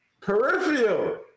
peripheral